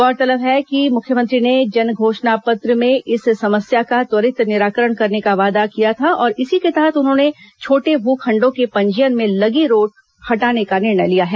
गौरतलब है कि मुख्यमंत्री ने जन घोषणा पत्र में इस समस्या का त्वरित निराकरण करने का वादा किया था और इसी के तहत उन्होंने छोटे भू खण्डों के पंजीयन में लगी रोक हटाने का निर्णय लिया है